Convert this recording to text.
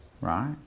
right